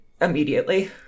immediately